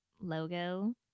logo